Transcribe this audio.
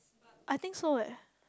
I think so leh